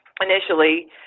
initially